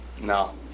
No